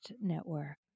Network